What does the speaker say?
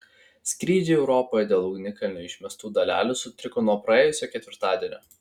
skrydžiai europoje dėl ugnikalnio išmestų dalelių sutriko nuo praėjusio ketvirtadienio